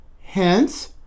Hence